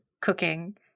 cooking